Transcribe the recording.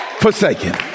forsaken